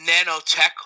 nanotech